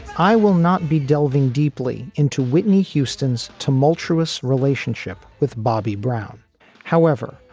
i will not be delving deeply into whitney houston's tumultuous relationship with bobby brown however,